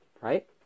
Right